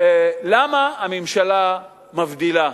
למה הממשלה מבדילה,